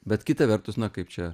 bet kita vertus na kaip čia